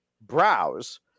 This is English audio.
browse